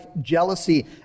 jealousy